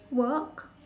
work